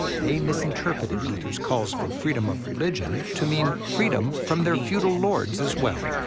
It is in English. they misinterpreted luther's calls for freedom of religion to mean freedom from their feudal lords, as well.